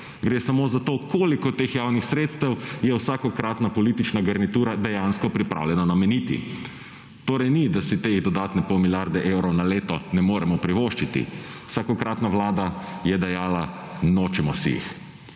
Gre samo zato, koliko teh javnih sredstev je vsakokratna politična garnitura dejansko pripravljena nameniti. Torej ni, da se te dodatne pol milijarde evrov na leto ne moremo privoščiti. Vsakokratna vlada je dejala nočemo si jih.